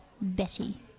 Betty